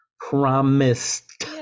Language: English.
promised